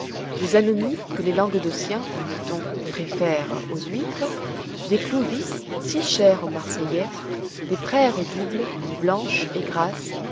des anomies que les languedociens dit-on préfèrent aux huîtres des clovis si chers aux marseillais des praires doubles blanches et